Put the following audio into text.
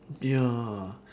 ya